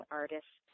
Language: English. artists